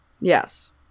Yes